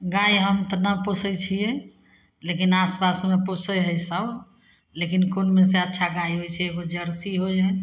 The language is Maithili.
गाइ हम तऽ नहि पोसै छिए लेकिन आसपासमे पोसै हइ सभ लेकिन कोनमे से अच्छा गाइ होइ छै एगो जरसी होइ हइ